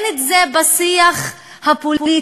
זה לא קיים בשיח הפוליטי,